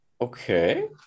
Okay